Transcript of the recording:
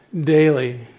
daily